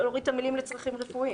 אפשר להוריד את המילים "לצרכים רפואיים".